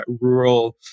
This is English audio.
rural